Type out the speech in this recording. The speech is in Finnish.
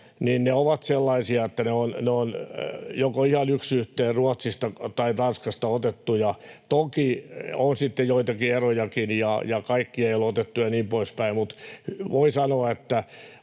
esittää, ovat sellaisia, että ne ovat joko ihan yksi yhteen Ruotsista tai Tanskasta otettuja. Toki on sitten joitakin erojakin ja kaikkea ei olla otettu ja niin poispäin, mutta voin sanoa, että